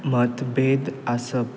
मतभेद आसप